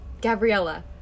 Gabriella